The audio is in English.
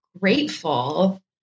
grateful